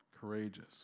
courageous